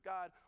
God